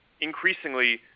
increasingly